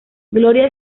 gloria